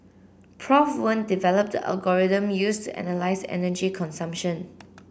Prof Wen developed the algorithm used to analyse energy consumption